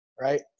right